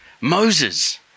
Moses